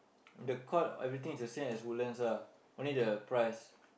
the court everything is the same as Woodlands ah only the price